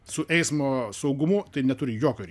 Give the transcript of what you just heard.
su eismo saugumu tai neturi jokio ry